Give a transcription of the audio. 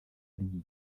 league